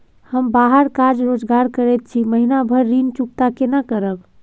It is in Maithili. हम बाहर काज रोजगार करैत छी, महीना भर ऋण चुकता केना करब?